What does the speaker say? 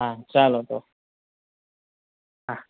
હા ચાલો તો હા